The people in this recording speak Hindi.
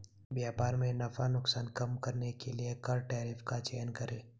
व्यापार में नफा नुकसान कम करने के लिए कर टैरिफ का चयन करे